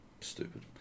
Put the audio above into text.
stupid